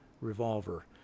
revolver